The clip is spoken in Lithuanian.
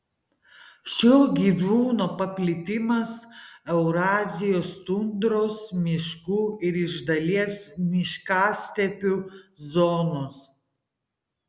šio gyvūno paplitimas eurazijos tundros miškų ir iš dalies miškastepių zonos